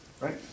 Right